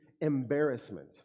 embarrassment